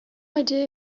idea